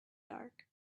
dark